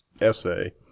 essay